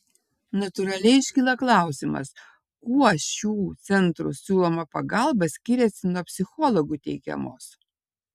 natūraliai iškyla klausimas kuo šių centrų siūloma pagalba skiriasi nuo psichologų teikiamos